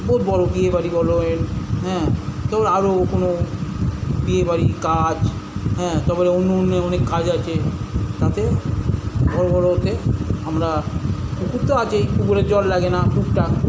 বহুত বড় বিয়েবাড়ি বল এর হ্যাঁ তারপরে আরো কোনো বিয়েবাড়ি কাজ হ্যাঁ তারপরে অন্য অন্য অনেক কাজ আছে তাতে বড় বড় এতে আমরা পুকুর তো আছেই পুকুরের জল লাগে না টুকটাক